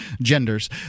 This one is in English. genders